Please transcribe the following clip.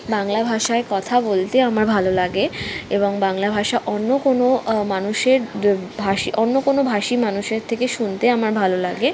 বাংলা ভাষায় কথা বলতে আমার ভালো লাগে এবং বাংলা ভাষা অন্য কোনো মানুষের ভাষী অন্য কোনো ভাষী মানুষের থেকে শুনতে আমার ভালো লাগে